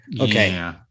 Okay